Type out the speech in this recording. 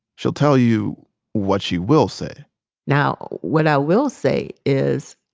she'll tell you what she will say now, what i will say is